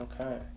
Okay